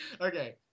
Okay